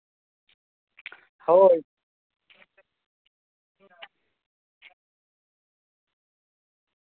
ᱦᱳᱭ